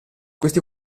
questi